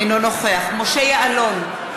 אינו נוכח משה יעלון,